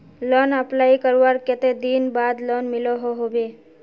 Loan apply करवार कते दिन बाद लोन मिलोहो होबे?